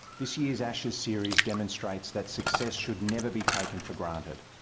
this year's ashes series demonstrates that success should never be taken for granted.